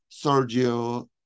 Sergio